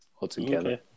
altogether